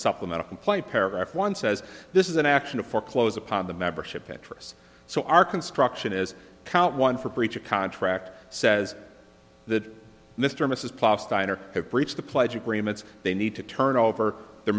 supplemental complaint paragraph one says this is an action of foreclose upon the membership interests so our construction is count one for breach of contract says that mr or mrs pla steiner have breached the pledge agreements they need to turn over their